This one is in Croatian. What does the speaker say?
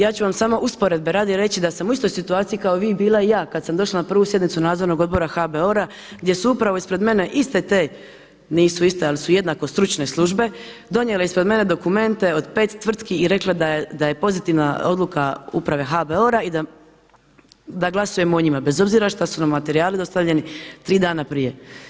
Ja ću vam samo usporedbe radi reći da sam u istoj situaciji kao i vi bila i ja kada sam došla na prvu sjednicu Nadzornog odbora HBOR-a gdje su upravo ispred mene iste te, nisu iste ali su jednako stručne službe donijele ispred mene dokumente od pet tvrtki i rekle da je pozitivna odluka Uprave HBOR-a i da glasujem o njima, bez obzira što su nam materijali dostavljeni 3 dana prije.